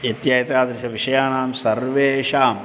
इत्येतादृश विषयाणां सर्वेषाम्